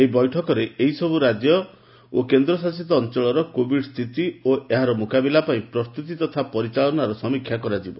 ଏହି ବୈଠକରେ ସେହିସବ୍ ରାଜ୍ୟସବ୍ ରାଜ୍ୟ ଓ କେନ୍ଦଶାସିତ ଅଞ୍ଚଳର କୋବିଡ ସ୍ଥିତି ଏବଂ ଏହାର ମ୍ରକାବିଲା ପାଇଁ ପ୍ରସ୍ତୁତି ତଥା ପରିଚାଳନାର ସମୀକ୍ଷା କରାଯିବ